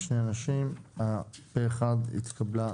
הצבעה